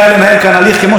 בסופו של דבר,